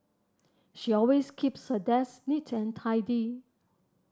she always keeps her desk neat and tidy